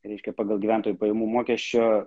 reiškia pagal gyventojų pajamų mokesčio